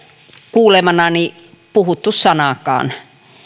kuulemanani puhuttu sanaakaan